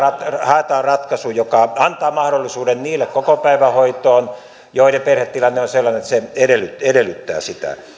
haetaan ratkaisu joka antaa mahdollisuuden kokopäivähoitoon niille joiden perhetilanne on sellainen että se edellyttää edellyttää sitä te